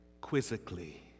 quizzically